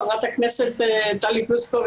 חברת הכנסת טלי פלוסקוב,